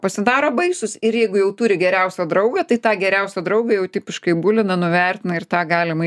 pasidaro baisūs ir jeigu jau turi geriausią draugą tai tą geriausią draugą jau tipiškai bulina nuvertina ir tą galima